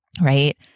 right